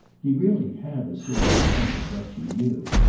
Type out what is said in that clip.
he really had a sort of sense of what she knew.